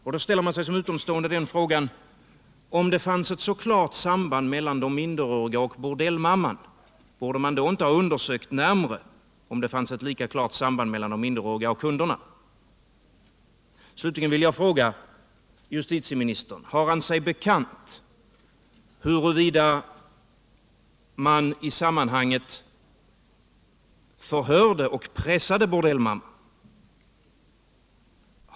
Därför ställer sig en utomstående den frågan: Om det fanns ett så klart samband raellan de minderåriga och bordellmamman, borde man då inte ha undersökt närmare om det fanns ett lika klart samband mellan de minderåriga och kunderna? Slutligen vill jag fråga: Har justitieministern sig bekant huruvida man i sammanhanget förhörde och pressade bordellmamman?